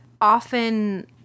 often